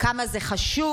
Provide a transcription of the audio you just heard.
כמה זה חשוב,